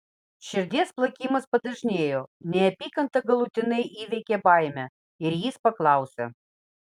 širdies plakimas padažnėjo neapykanta galutinai įveikė baimę ir jis paklausė